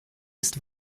ist